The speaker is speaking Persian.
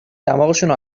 دماغشونو